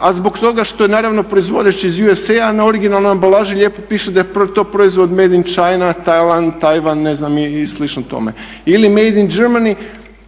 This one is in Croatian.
a zbog toga što je naravno proizvođač iz USA na originalnoj ambalaži lijepo piše da je to proizvod Made in Kina, Thailand, Taiwan ne znam slično tome ili Made in Germany